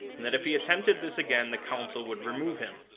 and that if he attempted this again the council would remove him.